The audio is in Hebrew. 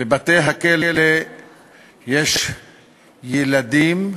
בבתי-הכלא יש ילדים,